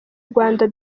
rwanda